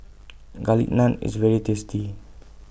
Garlic Naan IS very tasty